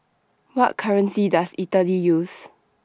What currency Does Italy use